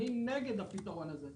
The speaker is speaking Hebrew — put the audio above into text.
אני נגד הפתרון הזה.